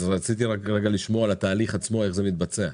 אז רציתי רק רגע לשמוע על התהליך עצמו איך זה מתבצע.